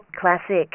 classic